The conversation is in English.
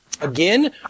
Again